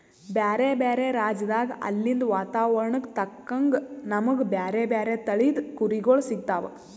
ಬ್ಯಾರೆ ಬ್ಯಾರೆ ರಾಜ್ಯದಾಗ್ ಅಲ್ಲಿಂದ್ ವಾತಾವರಣಕ್ಕ್ ತಕ್ಕಂಗ್ ನಮ್ಗ್ ಬ್ಯಾರೆ ಬ್ಯಾರೆ ತಳಿದ್ ಕುರಿಗೊಳ್ ಸಿಗ್ತಾವ್